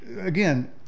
again